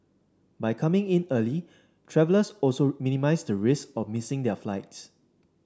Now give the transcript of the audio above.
by coming in early travellers also minimise the risk of missing their flights